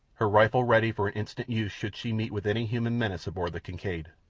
her rifle ready for instant use should she meet with any human menace aboard the kincaid.